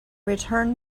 returned